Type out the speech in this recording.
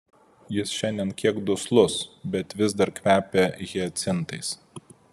jis šiandien kiek duslus bet vis dar kvepia hiacintais